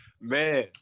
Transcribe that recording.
Man